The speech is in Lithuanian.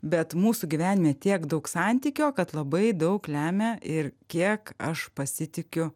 bet mūsų gyvenime tiek daug santykio kad labai daug lemia ir kiek aš pasitikiu